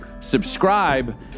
subscribe